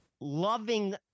loving